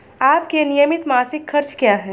आपके नियमित मासिक खर्च क्या हैं?